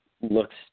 looks